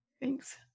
Thanks